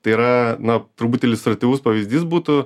tai yra na turbūt iliustratyvus pavyzdys būtų